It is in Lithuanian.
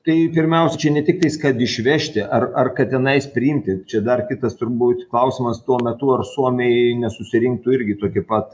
tai pirmiausia ne tiktais kad išvežti ar ar kad tenais priimti čia dar kitas turbūt klausimas tuo metu ar suomiai nesusirinktų irgi tokie pat